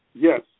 Yes